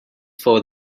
for